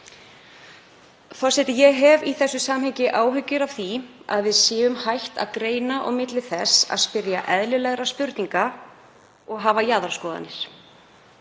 sitt. Ég hef í þessu samhengi áhyggjur af því að við séum hætt að greina á milli þess að spyrja eðlilegra spurninga og hafa jaðarskoðanir.